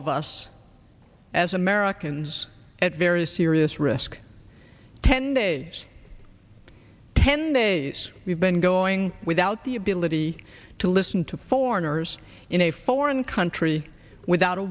of us as americans at very serious risk ten days ten days we've been going without the ability to listen to foreigners in a foreign country without a